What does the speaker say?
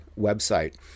website